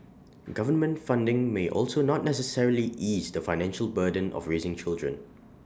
government funding may also not necessarily ease the financial burden of raising children